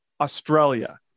Australia